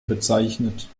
bezeichnet